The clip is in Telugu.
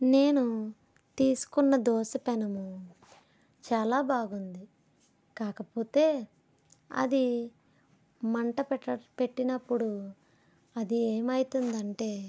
నేను తీసుకున్న దోశ పెనం చాలా బాగుంది కాకపోతే అది మంట పెట్టినప్పుడు అది ఏమవుతుంది అంటే